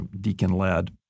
deacon-led